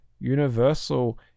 universal